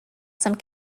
some